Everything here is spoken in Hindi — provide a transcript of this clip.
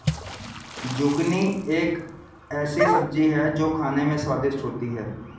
जुकिनी एक ऐसी सब्जी है जो खाने में स्वादिष्ट होती है